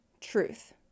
truth